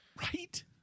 Right